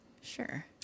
Sure